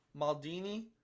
Maldini